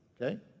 Okay